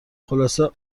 خلاصه